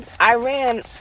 Iran